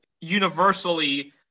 universally